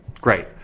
great